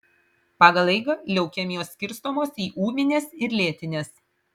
pagal eigą leukemijos skirstomos į ūmines ir lėtines